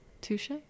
Touche